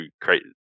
create